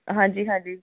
ਹਾਂਜੀ ਹਾਂਜੀ